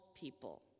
people